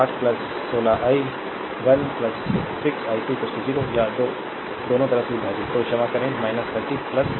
slide time देखें 2657 मिलेगा 60 16 i 1 6 i2 0 या 2 दोनों तरफ से विभाजित